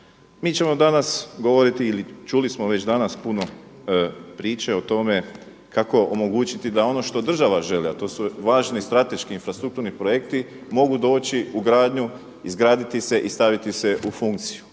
Mi ćemo danas govoriti ili čuli smo već danas puno priče o tome kako omogućiti da ono što država želi, a to su važni strateški infrastrukturni projekti mogu doći u gradnju, izgraditi se i staviti se u funkciju.